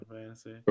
fantasy